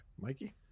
mikey